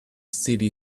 city